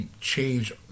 change